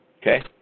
Okay